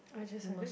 I just like that